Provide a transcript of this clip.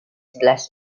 glass